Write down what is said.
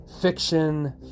fiction